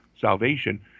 salvation